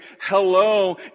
hello